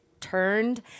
turned